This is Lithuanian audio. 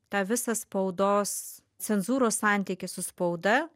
tą visą spaudos cenzūros santykį su spauda